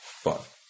five